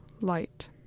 light